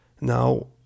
Now